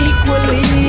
Equally